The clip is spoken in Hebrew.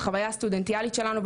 בחוויה הסטודנטיאלית שלנו,